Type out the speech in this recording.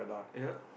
ya